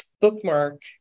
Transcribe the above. bookmark